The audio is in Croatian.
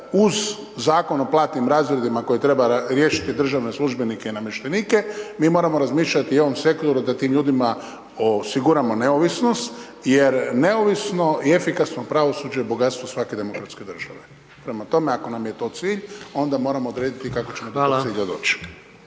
uz zakon o platnim razredima, koje treba riješiti državne službenike i namještenike mi moramo razmišljati i o ovom sektoru da tim ljudima osiguramo neovisnost, jer neovisno i efikasno pravosuđe je bogatstva svake demokratske države. Prema tome, ako nam je to cilj, onda moramo odrediti kako ćemo do tog cilja doći.